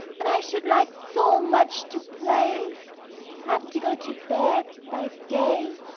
and i should like so much to play, to have to go to bed by day?